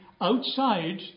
outside